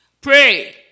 Pray